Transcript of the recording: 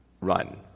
run